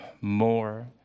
more